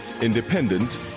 Independent